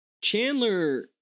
Chandler